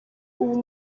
ubu